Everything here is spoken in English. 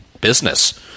business